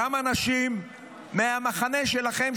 גם אנשים מהמחנה שלכם,